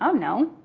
um no,